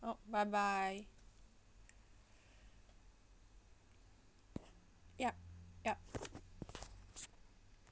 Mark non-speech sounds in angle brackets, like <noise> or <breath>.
oh bye bye <breath> yup yup